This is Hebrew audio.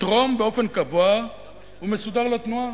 לתרום באופן קבוע ומסודר לתנועה.